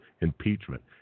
impeachment